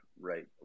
right